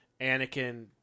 Anakin